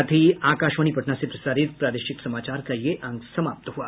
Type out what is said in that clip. इसके साथ ही आकाशवाणी पटना से प्रसारित प्रादेशिक समाचार का ये अंक समाप्त हुआ